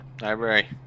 Library